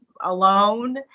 alone